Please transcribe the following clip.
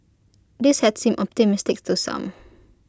this had seemed optimistic to some